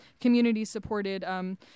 community-supported